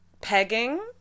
Pegging